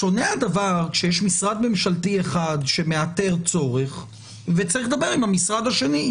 שונה הדבר כשיש משרד ממשלתי אחד שמאתר צורך וצריך לדבר עם המשרד השני.